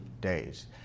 days